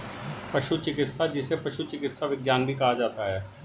पशु चिकित्सा, जिसे पशु चिकित्सा विज्ञान भी कहा जाता है